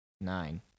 Nine